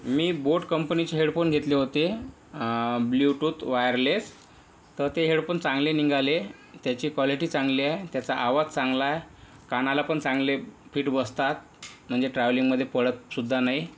मी बोट कंपनीचे हेडफोन घेतले होते ब्ल्यू टूथ वायरलेस तर ते हेडफोन चांगले निघाले त्याची कॉलेटी चांगली आहे त्याचा आवाज चांगला आहे कानाला पण चांगले फिट बसतात म्हणजे ट्रॅवलिंगमध्ये पडतसुद्धा नाही